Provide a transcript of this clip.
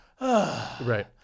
right